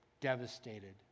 devastated